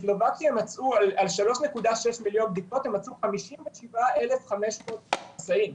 בסלובקיה מצאו על 3.6 מיליון בדיקות 57,500 נשאים.